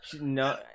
no